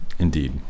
Indeed